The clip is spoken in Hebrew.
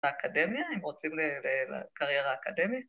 ‫האקדמיה, אם רוצים לקריירה אקדמית.